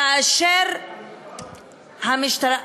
כאשר המשטרה,